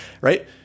right